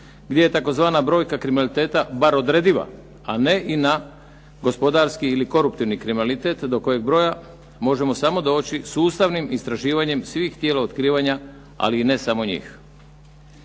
gdje je tzv. brojka kriminaliteta bar odrediva, a ne i na gospodarski ili koruptivni kriminalitet do kojeg broja možemo samo doći sustavnim istraživanjem svih tijela otkrivanja, ali i ne samo njih.